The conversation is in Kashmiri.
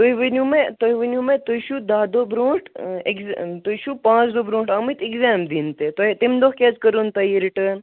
تُہۍ ؤنِو مےٚ تُہۍ ؤنِو مےٚ تُہۍ چھِو دَہ دۄہ برٛونٛٹھ ایٚکزیٚم تُہۍ چھِو پانٛژھ دۄہ برٚونٛٹھ ایٚکزیٚم دِنۍ تہِ تَمہِ دۄہ کیاز کٔرِو نہٕ تۄہہِ یہِ رِٹٲرٕنۍ